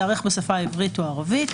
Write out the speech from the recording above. תיערך בשפה העברית או הערבית.